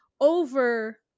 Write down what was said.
over